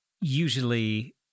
usually